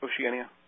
Oceania